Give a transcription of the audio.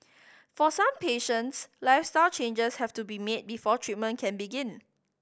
for some patients lifestyle changes have to be made before treatment can begin